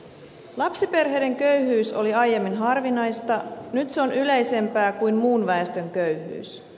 lapsiperheiden köyhyys oli aiemmin harvinaista nyt se on yleisempää kuin muun väestön köyhyys